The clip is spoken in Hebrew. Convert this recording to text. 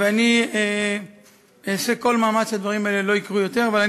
ואני אעשה כל מאמץ שהדברים האלה לא יקרו יותר.